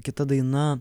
kita daina